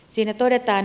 siinä todetaan